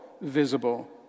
visible